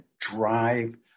drive